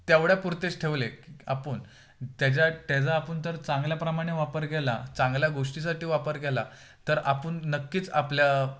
तेवढ्या पुरतेच ठेवले की आपण त्याचा त्याचा आपण तर चांगल्याप्रमाणे वापर केला चांगल्या गोष्टीसाठी वापर केला तर आपण नक्कीच आपल्या